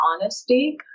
honesty